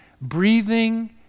breathing